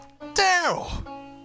Daryl